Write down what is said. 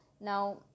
Now